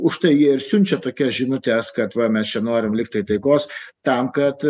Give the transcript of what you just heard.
už tai ji ir siunčia tokias žinutes kad va mes čia norim lygtai taikos tam kad